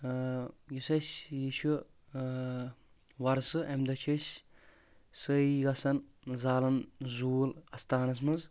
آ یُس اسہِ یہِ چھُ آ وۄرسہٕ امہِ دۄہ چھِ أسۍ سٲری گژھان زالان زول استانس منٛز